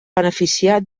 beneficiar